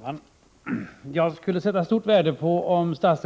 på den här punkten.